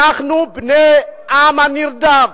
אנחנו בני העם הנרדף,